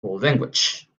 language